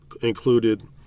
included